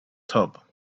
tub